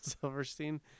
silverstein